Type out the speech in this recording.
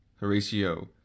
Horatio